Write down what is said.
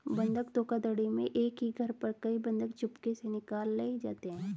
बंधक धोखाधड़ी में एक ही घर पर कई बंधक चुपके से निकाले जाते हैं